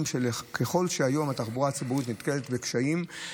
ככל שהתחבורה הציבורית נתקלת היום בקשיים,